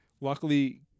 Luckily